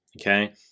okay